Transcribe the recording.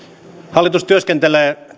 hallitus työskentelee